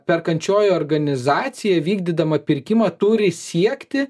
perkančioji organizacija vykdydama pirkimą turi siekti